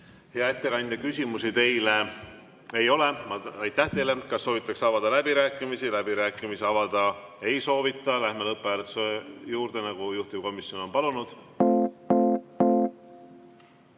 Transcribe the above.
Hea ettekandja, küsimusi teile ei ole. Aitäh teile! Kas soovitakse avada läbirääkimisi? Läbirääkimisi avada ei soovita. Läheme lõpphääletuse juurde, nagu juhtivkomisjon on palunud.